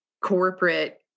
corporate